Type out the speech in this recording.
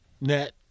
net